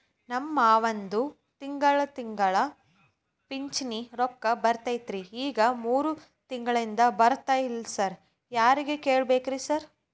ನಮ್ ಮಾವಂದು ತಿಂಗಳಾ ತಿಂಗಳಾ ಪಿಂಚಿಣಿ ರೊಕ್ಕ ಬರ್ತಿತ್ರಿ ಈಗ ಮೂರ್ ತಿಂಗ್ಳನಿಂದ ಬರ್ತಾ ಇಲ್ಲ ಸಾರ್ ಯಾರಿಗ್ ಕೇಳ್ಬೇಕ್ರಿ ಸಾರ್?